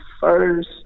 first